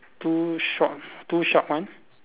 two short two short one